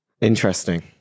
interesting